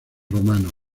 romanos